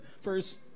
first